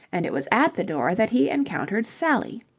and it was at the door that he encountered sally.